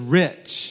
rich